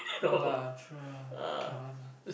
ya lah true lah cannot one lah